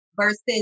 Versus